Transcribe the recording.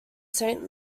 saint